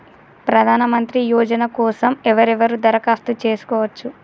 ప్రధానమంత్రి యోజన కోసం ఎవరెవరు దరఖాస్తు చేసుకోవచ్చు?